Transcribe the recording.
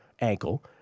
ankle